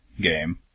game